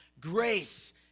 grace